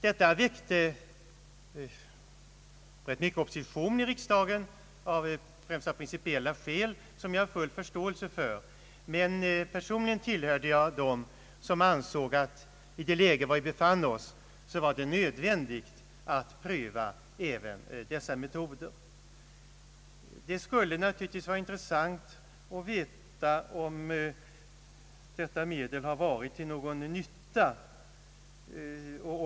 Detta väckte rätt mycken opposition i riksdagen, främst av principiella skäl som jag har full förståelse för. Personligen tillhörde jag emellertid dem som ansåg att i det läge vi då befann oss var det nödvändigt att pröva även dessa metoder. Det skulle naturligtvis vara intressant att veta om detta medel har varit till någon nytta.